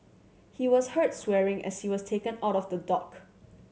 he was heard swearing as he was taken out of the dock